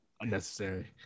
Unnecessary